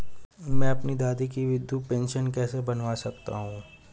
मैं अपनी दादी की वृद्ध पेंशन कैसे बनवा सकता हूँ?